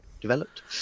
developed